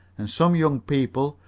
and some young people,